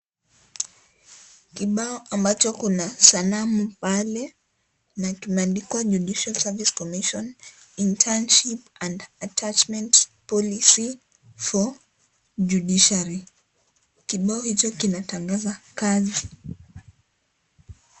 Kibao ambacho kuna sanamu pale na kimeandikwa judicial Service Commission internship and atterchment policy for judiciary. Kibao hicho kinatangaza kazi.